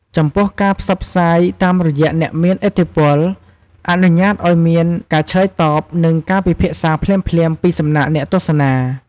ចំពោះការផ្សព្វផ្សាយតាមរយៈអ្នកមានឥទ្ធិពលអនុញ្ញាតឱ្យមានការឆ្លើយតប និងការពិភាក្សាភ្លាមៗពីសំណាក់អ្នកទស្សនា។